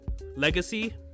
legacy